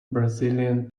brazilian